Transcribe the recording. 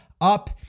up